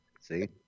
See